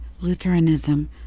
Lutheranism